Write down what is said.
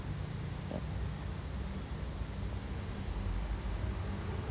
ya